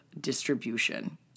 distribution